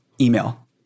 email